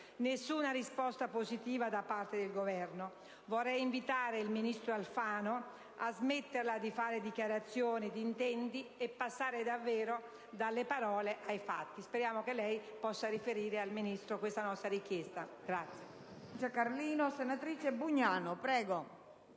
nessuna risposta positiva da parte del Governo. Vorrei invitare dunque il ministro Alfano a smetterla di fare dichiarazioni di intenti e a passare davvero dalle parole ai fatti. Speriamo che lei, signora Presidente, possa riferire al Ministro questa nostra richiesta.